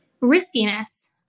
riskiness